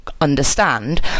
understand